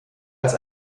als